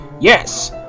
Yes